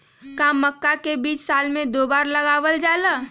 का मक्का के बीज साल में दो बार लगावल जला?